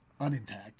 unintact